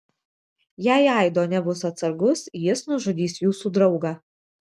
jei aido nebus atsargus jis nužudys jūsų draugą